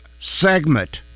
segment